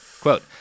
Quote